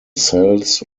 cells